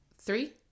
three